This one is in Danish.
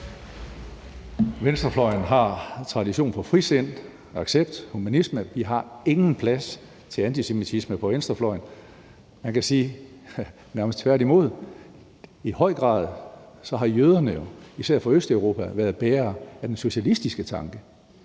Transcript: Venstrefløjen har tradition for frisind, accept, humanisme. Vi har ingen plads til antisemitisme på venstrefløjen; man kan sige nærmest tværtimod. I høj grad har jøderne, især fra Østeuropa, jo været bærere af den socialistiske tanke.